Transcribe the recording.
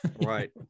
Right